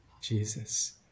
Jesus